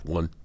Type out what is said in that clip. One